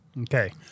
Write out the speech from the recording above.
Okay